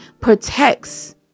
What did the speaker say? protects